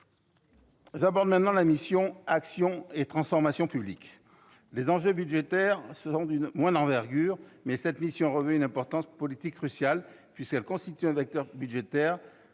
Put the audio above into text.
J'aborderai maintenant la mission « Action et transformation publiques ». Les enjeux budgétaires sont d'une moindre envergure, mais cette mission revêt une importance politique cruciale, puisqu'elle constitue un vecteur budgétaire